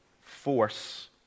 force